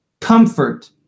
comfort